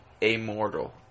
immortal